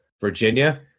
Virginia